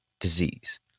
disease